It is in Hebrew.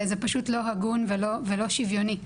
זה פשוט לא הגון ולא שוויוני.